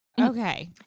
Okay